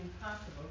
impossible